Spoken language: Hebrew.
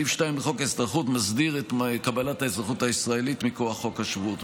סעיף 2 לחוק האזרחות מסדיר את קבלת האזרחות הישראלית מכוח חוק שבות.